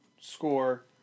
score